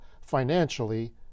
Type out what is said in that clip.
financially